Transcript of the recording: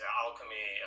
alchemy